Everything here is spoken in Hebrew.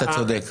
אתה צודק.